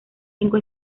cinco